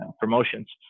promotions